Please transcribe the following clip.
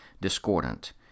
discordant